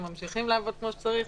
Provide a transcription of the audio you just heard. הם ממשיכים לעבוד כמו שצריך,